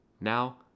Now